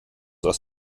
aus